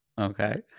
Okay